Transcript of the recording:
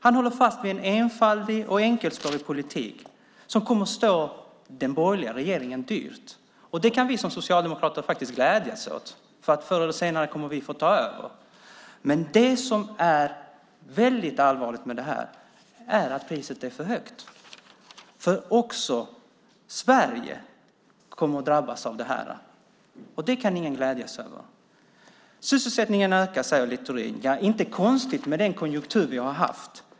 Han håller fast vid en enfaldig och enkelspårig politik som kommer att stå den borgerliga regeringen dyrt. Det kan vi som socialdemokrater faktiskt glädjas åt, för förr eller senare kommer vi att få ta över. Men det som är väldigt allvarligt med det här är att priset är för högt. Sverige kommer att drabbas av det här. Det kan ingen glädjas åt. Sysselsättningen ökar, säger Littorin. Det är inte konstigt med den konjunktur vi har haft.